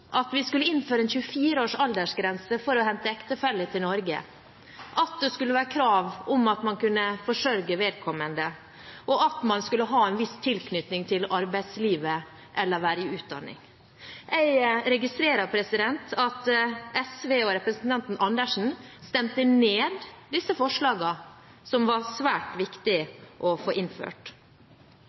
at vi skulle innføre en 24-års aldersgrense for å hente ektefelle til Norge, at det skulle være krav om at man kunne forsørge vedkommende, og at man skulle ha en viss tilknytning til arbeidslivet eller være i utdanning. Jeg registrerer at SV og representanten Andersen stemte ned disse forslagene, som var svært viktig å få innført.